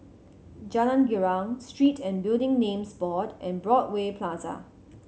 Jalan Girang Street and Building Names Board and Broadway Plaza